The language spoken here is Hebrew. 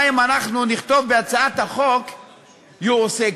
אם אנחנו נכתוב בהצעת החוק "יועסקו",